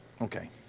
Okay